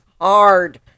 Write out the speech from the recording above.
hard